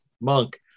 monk